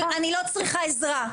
אני לא צריכה עזרה,